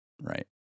right